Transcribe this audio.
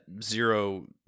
zero